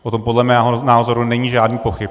O tom podle mého názoru není žádných pochyb.